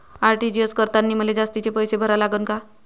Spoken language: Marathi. आर.टी.जी.एस करतांनी मले जास्तीचे पैसे भरा लागन का?